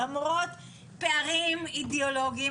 למרות פערים אידיאולוגיים,